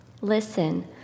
Listen